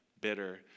bitter